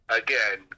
again